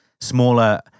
smaller